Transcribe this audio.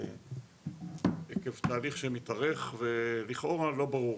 ועקב תהליך שמתארך ולכאורה לא ברור.